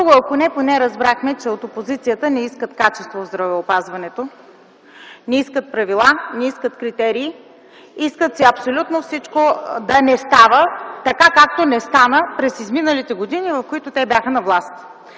Друго ако не, поне разбрахме, че от опозицията не искат качество в здравеопазването. Не искат правила, не искат критерии – искат си абсолютно всичко да не става, така както не стана през изминалите години, в които те бяха на власт.